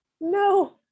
no